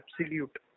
absolute